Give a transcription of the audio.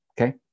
Okay